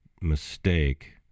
mistake